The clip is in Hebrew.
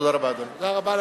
אדוני, תודה רבה.